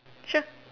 sure